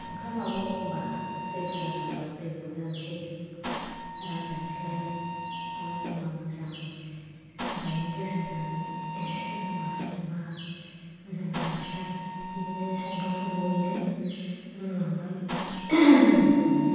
ओंखामाबो एखम्ब्ला दै बुरजा जाबा दैब्र' जानोसै रायजानोसैलाय आरो एखम्ब्ला मोजां मोजाङै गोसो होनानै सोलोंबा संबा मोजां जानोसैलाय बिदिनो संदाव संदावैनो रोंलांबाय मोजां जालांबाय